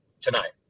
tonight